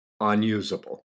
unusable